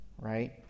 right